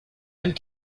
and